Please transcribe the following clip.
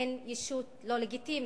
הן ישות לא לגיטימית,